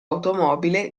automobile